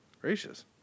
Gracious